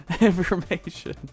information